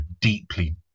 deeply